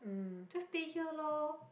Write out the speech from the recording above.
just stay here lor